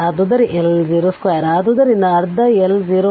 ಆದ್ದರಿಂದ ಅರ್ಧ ಎಲ್ 0